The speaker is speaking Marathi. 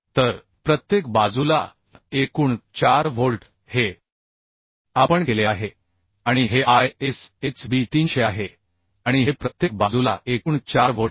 तर प्रत्येक बाजूला एकूण 4 व्होल्ट हे आपण केले आहे आणि हे ISHB 300 आहे आणि हे प्रत्येक बाजूला एकूण 4 व्होल्ट आहे